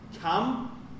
come